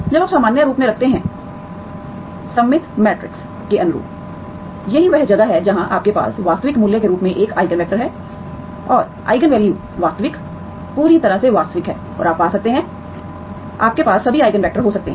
जब आप सामान्य रूप में रखते हैं सममित मैट्रिक्स के अनुरूप यही वह जगह है जहां आपके पास वास्तविक मूल्यों के रूप में एक आईगन वैक्टर हैं और आईगन वैल्यू वास्तविक पूरी तरह से वास्तविक हैं और आप पा सकते हैं आपके पास सभी आईगन वैक्टर हो सकते हैं